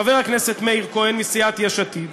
חבר הכנסת מאיר כהן מסיעת יש עתיד,